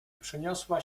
przeniosła